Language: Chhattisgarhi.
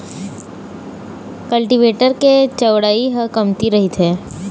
कल्टीवेटर के चउड़ई ह कमती रहिथे